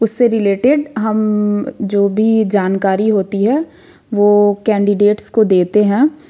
उससे रिलेटेड हम जो भी जानकारी होती है वो कैंडिडेट्स को देते हैं